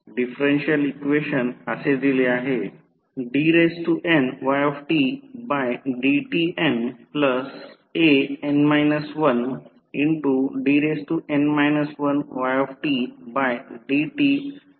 differential equation असे दिले आहे